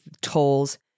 tolls